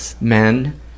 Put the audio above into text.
men